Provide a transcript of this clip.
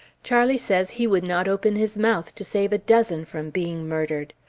charlie says he would not open his mouth to save a dozen from being murdered.